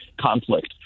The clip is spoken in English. conflict